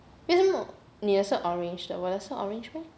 为什么你的是 orange 的我的是 orange meh